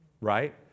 Right